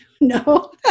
No